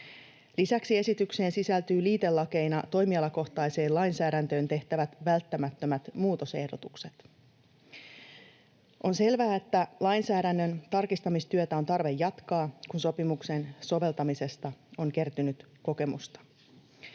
Lisäksi esitykseen sisältyy liitelakeina toimialakohtaiseen lainsäädäntöön tehtävät välttämättömät muutosehdotukset. On selvää, että lainsäädännön tarkistamistyötä on tarve jatkaa, kun sopimuksen soveltamisesta on kertynyt kokemusta.